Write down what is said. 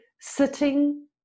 sitting